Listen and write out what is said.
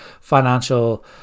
financial